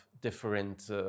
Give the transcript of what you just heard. different